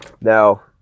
Now